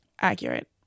accurate